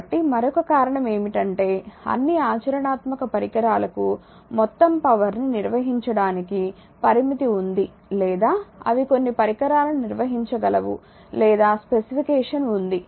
కాబట్టి మరొక కారణం ఏమిటంటే అన్ని ఆచరణాత్మక పరికరాలకు మొత్తం పవర్ ని నిర్వహించడానికి పరిమితి ఉంది లేదా అవి కొన్ని పరికరాలను నిర్వహించగలవు లేదా స్పెసిఫికేషన్ ఉంది